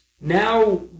now